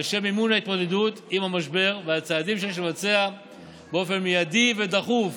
לשם מימון ההתמודדות עם המשבר והצעדים שיש לבצע באופן מיידי ודחוף